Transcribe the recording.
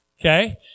okay